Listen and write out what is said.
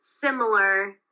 similar